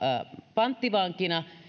panttivankina